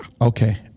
Okay